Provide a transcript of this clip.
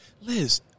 Liz